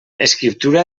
escriptura